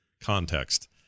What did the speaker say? context